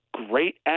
great